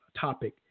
topic